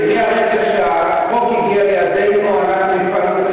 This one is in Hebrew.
מהרגע שהחוק הגיע לידינו אנחנו הפעלנו את